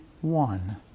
one